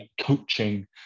coaching